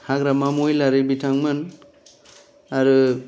हाग्रामा महिलारी बिथांमोन आरो